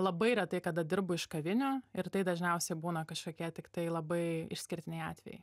labai retai kada dirbu iš kavinių ir tai dažniausiai būna kažkokie tiktai labai išskirtiniai atvejai